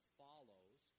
follows